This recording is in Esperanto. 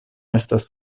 estas